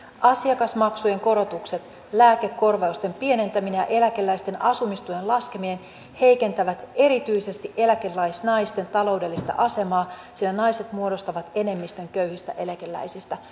asiakasmaksujen korotukset lääkekorvausten pienentäminen ja eläkeläisten asumistuen laskeminen heikentävät erityisesti eläkeläisnaisten taloudellista asemaa sillä naiset muodostavat enemmistön köyhistä eläkeläisistä